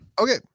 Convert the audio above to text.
Okay